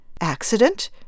accident